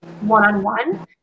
one-on-one